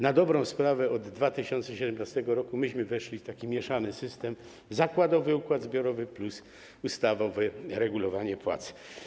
Na dobrą sprawę od 2017 r. myśmy weszli w taki mieszany system: zakładowy układ zbiorowy plus ustawowe regulowanie płac.